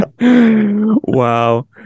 Wow